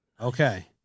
Okay